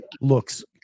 looks